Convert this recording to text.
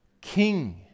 King